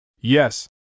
Yes